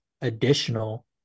additional